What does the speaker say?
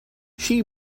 she